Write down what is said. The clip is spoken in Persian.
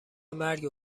مرگ